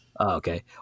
Okay